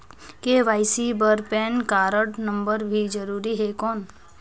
KYC बर PAN card number भी जरूरी हे कौन?